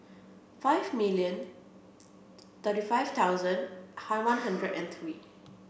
five million thirty five thousand hi one hundred and three